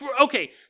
Okay